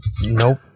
Nope